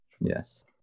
Yes